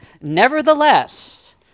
nevertheless